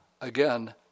again